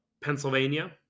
Pennsylvania